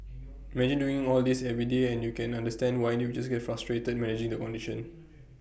imagine doing all this every day and you can understand why individuals get frustrated managing the condition